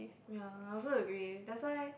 ya I also agree that's why